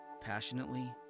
passionately